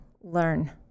learn